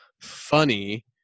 funny